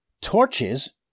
Torches